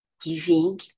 giving